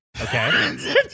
Okay